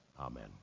Amen